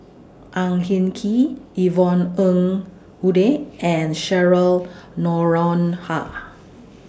Ang Hin Kee Yvonne Ng Uhde and Cheryl Noronha